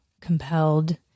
compelled